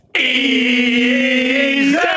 Easy